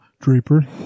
Draper